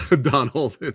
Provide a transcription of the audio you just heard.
Donald